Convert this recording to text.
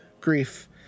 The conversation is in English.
Grief